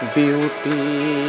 beauty